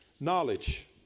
Knowledge